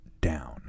down